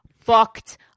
fucked